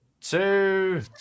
two